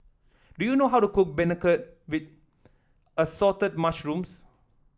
do you know how to cook beancurd with Assorted Mushrooms